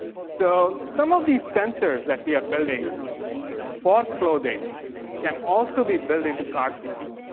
so some of these sensors that we are building for clothing can also be built into car seats.